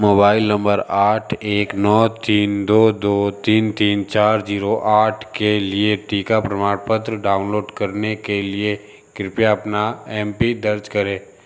mobile number आठ एक नौ तीन दो दो तीन तीन चार जीरो आठ के लिए टीका प्रमाणपत्र डाउनलोड करने के लिए कृपया अपना एम पिन दर्ज करें